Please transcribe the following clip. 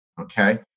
Okay